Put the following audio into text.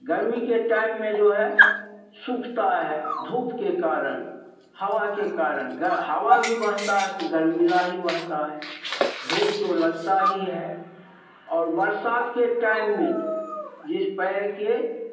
गर्मी के टाइम में जो है सूखता है धूप के कारण हवा के कारण हवा भी बहेता है तो गर्मीला ही बहेता है धूप तो लगता ही है और बरसात के टाइम में जिस पेड़ के